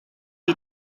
die